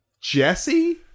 Jesse